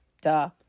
Duh